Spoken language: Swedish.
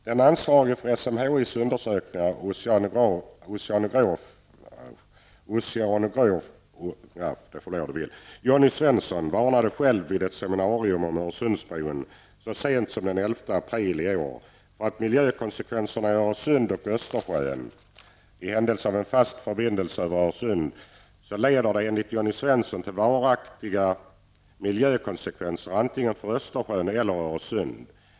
Den ansvarige för SMHIs undersökning, oceanograf Jonny Svensson, varnade själv vid ett seminarium om Öresundsbron så sent som den 11 april i år för miljökonsekvenserna i Öresund och Östersjön. En fast förbindelse över Öresund leder enligt Jonny Svensson, till varaktiga miljökonsekvenser antingen för Östersjön eller för Öresund.